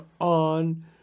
on